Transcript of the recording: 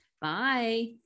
Bye